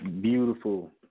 Beautiful